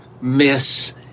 miss